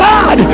God